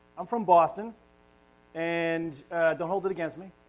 i'm from boston and don't hold it against me.